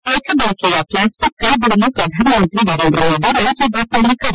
ಏಕ ಬಳಕೆಯ ಪ್ಲಾಸ್ಟಿಕ್ ಕೈಬಿಡಲು ಪ್ರಧಾನಮಂತಿ ನರೇಂದ ಮೋದಿ ಮನ್ ಕಿ ಬಾತ್ನಲ್ಲಿ ಕರೆ